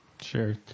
Sure